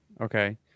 Okay